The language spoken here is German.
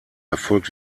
erfolgt